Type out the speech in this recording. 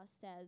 says